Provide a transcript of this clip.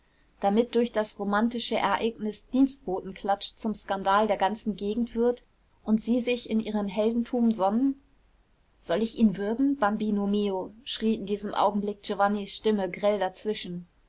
damit durch das romantische ereignis dienstbotenklatsch zum skandal der ganzen gegend wird und sie sich in ihrem heldentum sonnen soll ich ihn würgen bambino mio schrie in diesem augenblick giovannis stimme grell dazwischen